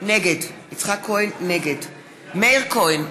נגד מאיר כהן,